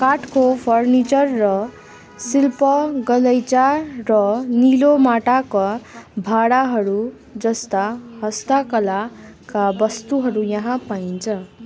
काठको फर्निचर र शिल्प गलैँचा र निलो माटाका भाँडाहरू जस्ता हस्तकलाका वस्तुहरू यहाँ पाइन्छ